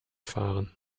fahren